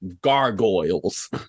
Gargoyles